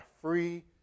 free